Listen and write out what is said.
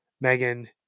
Megan